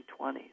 20s